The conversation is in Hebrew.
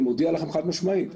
אני מודע לכם חד משמעית,